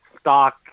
stock